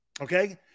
okay